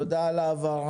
תודה על ההבהרה.